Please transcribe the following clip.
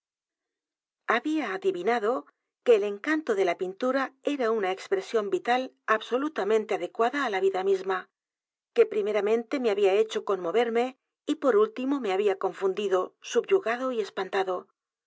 habla adivinado que el encanto de la pintura era una expresión vital absolutamente adecuada á la vida m i s m a q u e primeramente me había hecho conmoverme y por último me había confundido subyugado y espantado